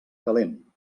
calent